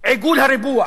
עיגול הריבוע.